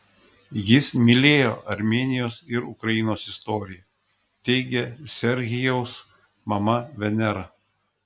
jis mylėjo armėnijos ir ukrainos istoriją teigia serhijaus mama venera